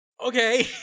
okay